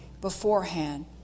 beforehand